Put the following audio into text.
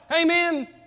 Amen